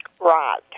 Right